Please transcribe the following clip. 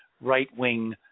right-wing